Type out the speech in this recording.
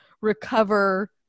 recover